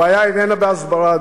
הבעיה איננה בהסברה,